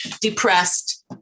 depressed